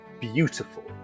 beautiful